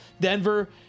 Denver